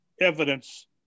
evidence